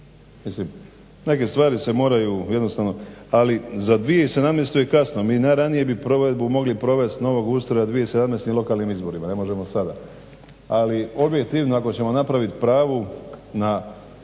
Mislim neke stvari se moraju jednostavno, ali za 2017. je kasno mi najranije bi provedbu mogli provesti novog ustroja 2017. na lokalnim izborima, ne možemo sada. Ali, objektivno ako ćemo napraviti pravu na